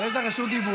אבל יש לך רשות דיבור,